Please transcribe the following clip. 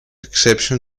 exception